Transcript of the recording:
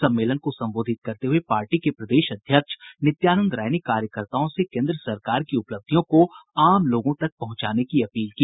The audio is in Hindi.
सम्मेलन को संबोधित करते हुए पार्टी के प्रदेश अध्यक्ष नित्यानंद राय ने कार्यकर्ताओं से केन्द्र सरकार की उपलब्धियों को आम लोगों तक पहुंचाने की अपील की